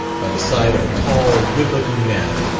by the side of a tall good-looking man,